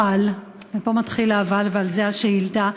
אבל, ופה מתחיל ה"אבל", וזאת השאילתה,